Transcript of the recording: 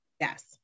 yes